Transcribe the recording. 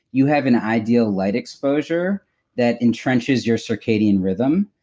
you have an ideal light exposure that entrenches your circadian rhythm.